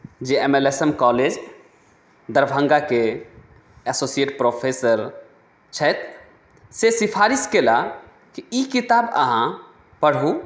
जे M L S M college दरभङ्गाके associate professor छथि से सिफारिश कयलाह जे ई किताब अहाँ पढ़ू